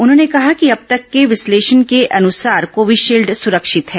उन्होंने कहा कि अब तक के विश्लेषण के अनुसार कोविशील्ड सुरक्षित है